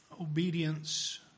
obedience